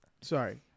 sorry